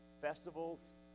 festivals